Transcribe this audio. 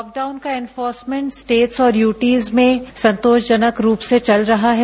lockdown का enforcement states और UTs में संतोषजनक रूप से चल रहा है